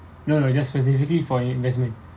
no no just specifically for investment